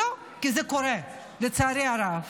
לא, כי זה קורה, לצערי הרב.